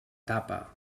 tapa